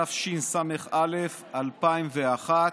התשס"א 2001,